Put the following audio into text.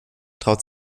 traut